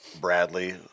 Bradley